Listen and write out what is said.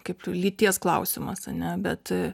kaip lyties klausimas ane bet